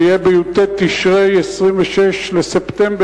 זה יהיה בי"ט בתשרי, 26 בספטמבר.